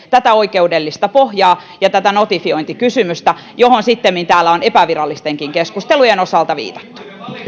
tätä oikeudellista pohjaa ja tätä notifiointikysymystä johon sittemmin täällä on epävirallistenkin keskustelujen osalta viitattu